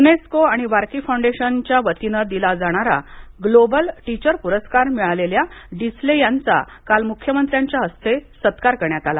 UNESCO आणि Varkey foundation यांच्या वतीनं दिला जाणारा ग्लोबल टीचर पुरस्कार मिळालेल्या डिसले यांचा काल मुख्यमंत्र्यांच्या हस्ते सत्कार करण्यात आला